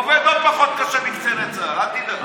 עובד לא פחות קשה מקציני צה"ל, אל תדאג.